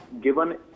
given